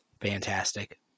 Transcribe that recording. fantastic